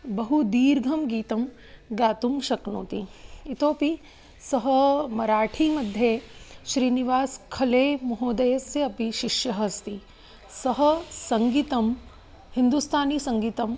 बहु दीर्घं गीतं गातुं शक्नोति इतोऽपि सः मराठीमध्ये श्रीनिवासखले महोदयस्य अपि शिष्यः अस्ति सः सङ्गीतं हिन्दुस्थानीसङ्गीतम्